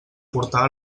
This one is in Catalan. portar